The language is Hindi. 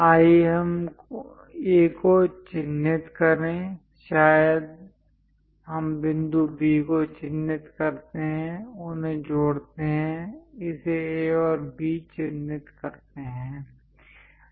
आइए हम A को चिह्नित करें शायद हम बिंदु B को चिह्नित करते हैं उन्हें जोड़ते हैं इसे A और B चिह्नित करते हैं